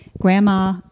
Grandma